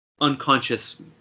unconscious